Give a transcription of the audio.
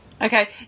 Okay